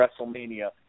WrestleMania